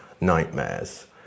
nightmares